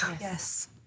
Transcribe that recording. yes